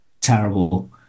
Terrible